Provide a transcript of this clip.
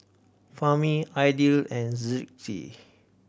Fahmi Aidil and Rizqi